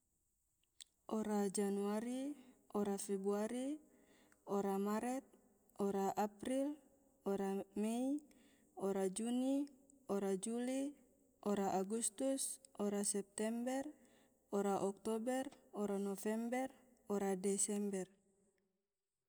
ora januari, ora febuari, ora maret, ora april, ora mei, ora juni, ora juli, ora agustus, ora september, ora oktober, ora november, ora desember.